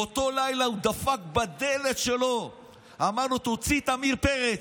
באותו לילה הוא דפק בדלת שלו ואמר לו: תוציא את עמיר פרץ,